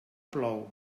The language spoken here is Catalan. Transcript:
plou